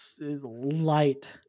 light